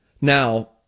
Now